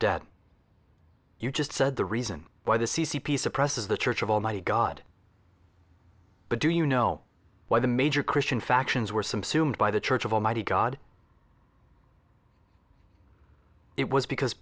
you just said the reason why the c c p suppresses the church of almighty god but do you know why the major christian factions were some sumed by the church of almighty god it was because